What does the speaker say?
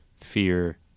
fear